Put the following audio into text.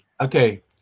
okay